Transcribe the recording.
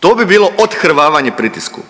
To bi bilo odhrvavanje pritisku.